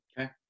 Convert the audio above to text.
Okay